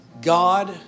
God